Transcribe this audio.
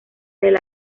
del